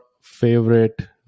favorite